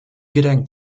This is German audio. gedenkt